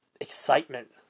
excitement